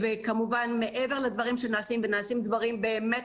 ומעבר לדברים שנעשים ונעשים דברים מאוד